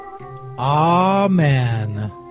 Amen